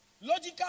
logical